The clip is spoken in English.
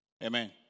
Amen